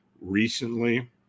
recently